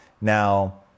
now